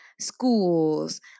schools